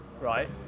right